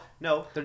no